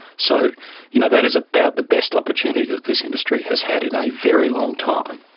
so you know that is about the best opportunity that this industry has had in a very long time.